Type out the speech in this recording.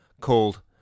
called